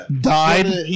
Died